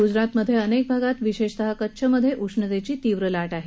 गुजरातमधे अनेक भागात विशेषताः कच्छमधे उष्णतेची तीव्र लाट आहे